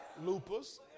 lupus